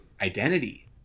identity